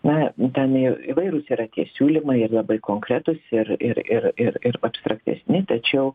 na ten įvairūs yra tie siūlymai ir labai konkretūs ir ir ir ir ir abstraktesni tačiau